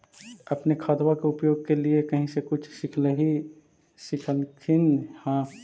अपने खादबा के उपयोग के लीये कही से कुछ सिखलखिन हाँ?